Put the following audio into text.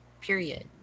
Period